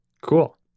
Cool